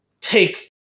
take